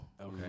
okay